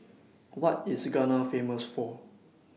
What IS Ghana Famous For